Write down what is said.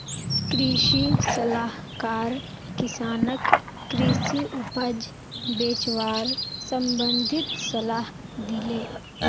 कृषि सलाहकार किसानक कृषि उपज बेचवार संबंधित सलाह दिले